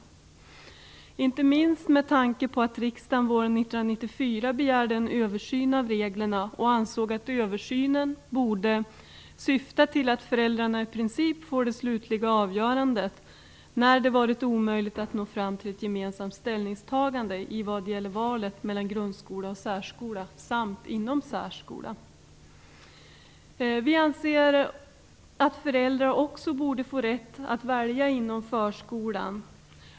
Detta gäller inte minst med tanke på att riksdagen år 1994 begärde en översyn av reglerna och ansåg att översynen borde syfta till att föräldrarna i princip får det slutliga avgörandet när det varit omöjligt att nå fram till ett gemensamt ställningstagande i vad gäller valet mellan grundskola och särskola samt inom särskolan. Vi i Centern anser att föräldrar också borde få rätt att välja inom förskolan.